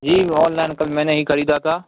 جی online کل میں نے ہی خریدا تھا